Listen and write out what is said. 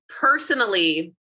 personally